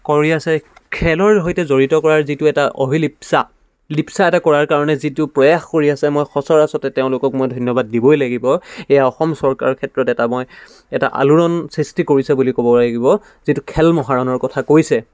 কৰি আছে খেলৰ সৈতে জড়িত কৰাৰ যিটো এটা অভীলিপচা লিপচা এটা কৰাৰ কাৰণে যিটো প্ৰয়াস কৰি আছে মই সঁচৰাচৰতে তেওঁলোকক মই ধন্যবাদ দিবই লাগিব এয়া অসম চৰকাৰৰ ক্ষেত্ৰত এটা মই এটা আলোড়ণ সৃষ্টি কৰিছে বুলি ক'ব লাগিব যিটো খেল মহাৰণৰ কথা কৈছে